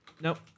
nope